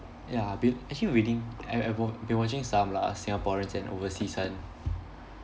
ya I been actually I reading I I've been been watching some lah singaporeans and overseas one